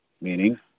meaning